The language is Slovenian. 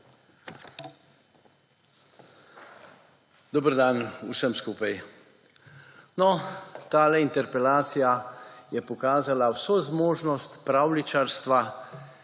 Dober dan vsem skupaj! No, tale interpelacija je pokazala vso zmožnost pravljičarstva